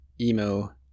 emo